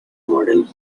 models